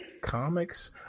Comics